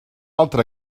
altra